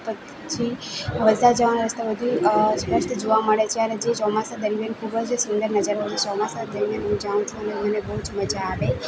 પછી વલસાડ જવાના રસ્તા બધુંય સ્પષ્ટ જોવા મળે છે અને જે ચોમાસાં દરમિયાન ખૂબ જ સુંદર નજારો હોય છે ચોમાસાં દરમિયાન હું જાઉં છું અને મને બહુ જ મજા આવે